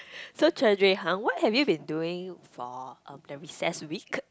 so treasured !huh! what have you been doing for hmm the recess week